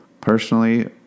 Personally